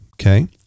okay